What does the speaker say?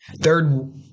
third